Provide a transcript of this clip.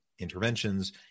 interventions